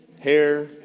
Hair